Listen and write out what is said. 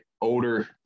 older